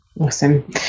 awesome